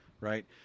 right